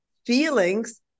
Feelings